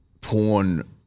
porn